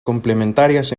complementarias